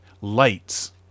lights